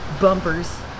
Bumpers